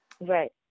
Right